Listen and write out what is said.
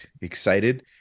excited